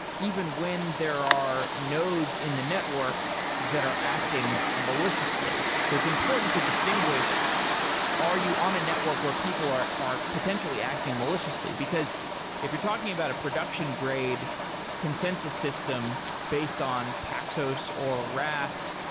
even when there are nodes in the network that are acting maliciously. so it's important to distinguish are you on a network where people are are potentially acting maliciously? because if you're talking about a production grade consensus system based on paxos or raft,